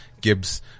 Gibbs